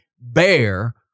bear